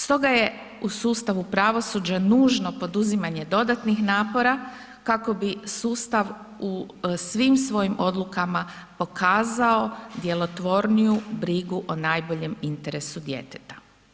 Stoga je u sustavu pravosuđa nužno poduzimanje dodatnih napora kako bi sustav u svim svojim odlukama pokazao djelotvorniju brigu o najboljem interesu djeteta.